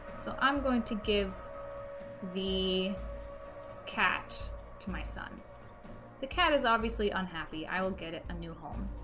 so i'm going to give the cat to my son the cat is obviously unhappy i will get it a new home